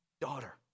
daughter